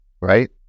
right